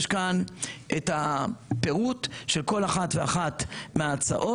יש כאן את הפירוט של כל אחת ואחת מההצעות,